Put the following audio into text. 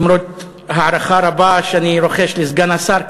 למרות הערכה רבה שאני רוחש לסגן השר,